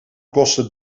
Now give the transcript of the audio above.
kosten